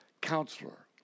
Counselor